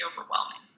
overwhelming